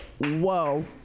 whoa